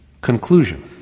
Conclusion